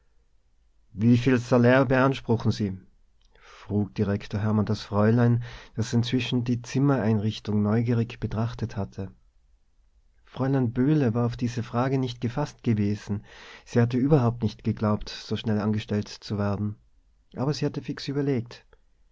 beanspruchen sie frug direktor hermann das fräulein das inzwischen die zimmereinrichtung neugierig betrachtet hatte fräulein böhle war auf diese frage nicht gefaßt gewesen sie hatte überhaupt nicht geglaubt so schnell angestellt zu werden aber sie hatte fix überlegt